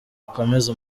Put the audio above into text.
akomeze